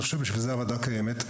אני חושב שלשם כך הוועדה קיימת.